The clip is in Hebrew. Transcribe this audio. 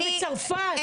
גם בצרפת.